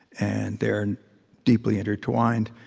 and they are and deeply intertwined.